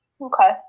okay